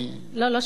לא, לא שמעתי.